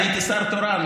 אני הייתי שר תורן,